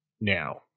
now